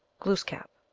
glooskap.